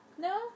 No